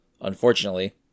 Unfortunately